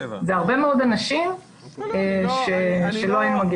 זה הרבה מאוד אנשים שלא היו מגיעים אליהם קודם.